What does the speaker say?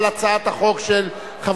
גם על הצעת החוק שלה,